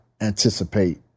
anticipate